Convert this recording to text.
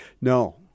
No